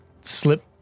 slip